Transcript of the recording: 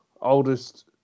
Oldest